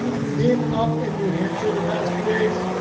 been up in new hampshire the past few days,